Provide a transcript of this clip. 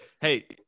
hey